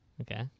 Okay